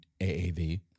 AAV